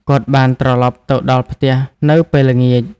គាត់បានត្រឡប់ទៅដល់ផ្ទះនៅពេលល្ងាច។